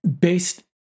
based